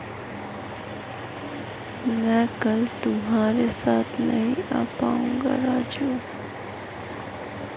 मैं कल तुम्हारे साथ नहीं आ पाऊंगा राजू